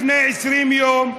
לפני 20 יום,